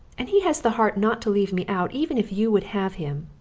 and he has the heart not to leave me out even if you would have him!